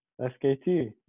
SKT